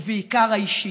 ובעיקר, האישי.